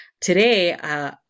today